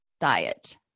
diet